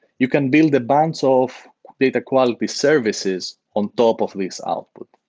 you can build a bunch ah of data quality services on top of this output.